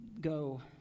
go